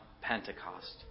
Pentecost